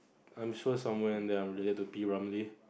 I'm sure somewhere that I'm related to